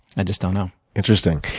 i just don't know. interesting.